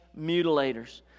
mutilators